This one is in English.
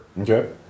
Okay